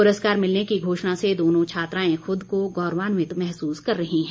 पुरस्कार मिलने की घोषणा से दोनों छात्राएं खुद को गौरवान्वित महसूस कर रही हैं